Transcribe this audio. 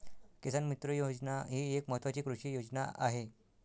किसान मित्र योजना ही एक महत्वाची कृषी योजना आहे